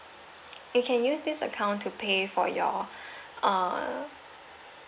you can use this account to pay for your uh